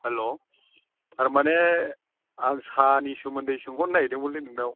hello थारमाने आं साहानि सोमोन्दै सोंहरनो नागिरदोंमोनलै नोंनाव